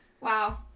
Wow